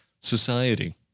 society